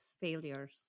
failures